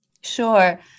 Sure